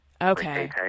okay